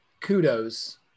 kudos